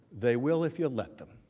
they will if you let them.